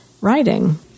writing